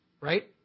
right